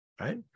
right